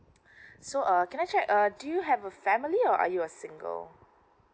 so uh can I check uh do you have a family or are you a single